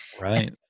Right